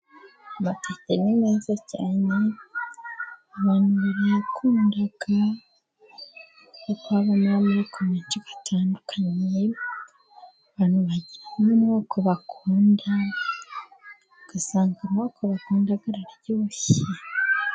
Amateke ni meza cyane abantu barayakunda, kuko abamo amoko menshi atandukanye, abantu bagiramo amoko bakunda ugasanga amoko bakunda arayoshye.